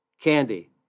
candy